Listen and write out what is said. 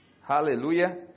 Hallelujah